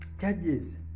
Judges